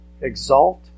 exalt